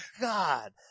God